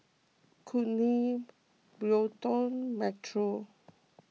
Kourtney Bryton Metro